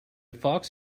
fox